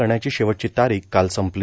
करण्याची शेवटची तारीख काल संपली